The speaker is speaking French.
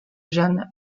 jeanne